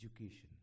education